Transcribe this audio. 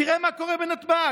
תראה מה קורה בנתב"ג.